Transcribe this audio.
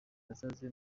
bazaze